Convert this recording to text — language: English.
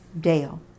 Dale